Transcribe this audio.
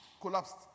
Collapsed